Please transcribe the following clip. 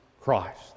Christ